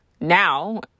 now